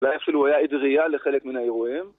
אולי אפילו הוא היה עד ראייה לחלק מן האירועים